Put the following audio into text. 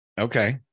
Okay